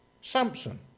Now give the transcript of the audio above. Samson